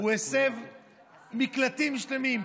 הוא הסב מקלטים שלמים,